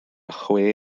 chwe